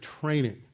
training